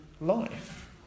life